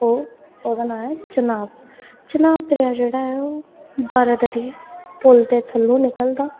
ओह् ओह्दा नां ऐ चन्हां चन्हां दरेआ जेह्ड़ा ऐ ओह् ओह् बारातरी पुल दे थल्लों निकलदा